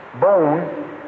bone